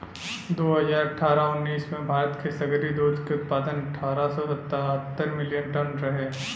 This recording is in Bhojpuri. दू हज़ार अठारह उन्नीस में भारत के सगरी दूध के उत्पादन अठारह सौ सतहत्तर मिलियन टन रहे